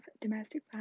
domestic